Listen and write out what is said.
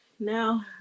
Now